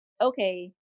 Okay